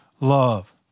love